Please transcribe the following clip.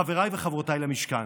חבריי וחברותיי למשכן,